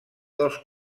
dels